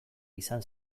izan